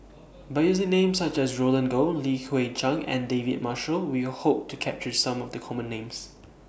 By using Names such as Roland Goh Li Hui Cheng and David Marshall We Hope to capture Some of The Common Names